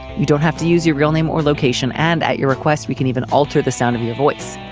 you don't have to use your real name or location, and at your request we can even alter the sound of your voice.